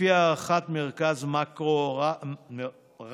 לפי הערכת מרכז מאקרו רק